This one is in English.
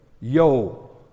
Yo